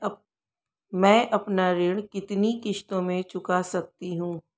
मैं अपना ऋण कितनी किश्तों में चुका सकती हूँ?